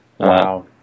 Wow